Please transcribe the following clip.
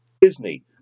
Disney